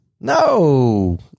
No